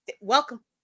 welcome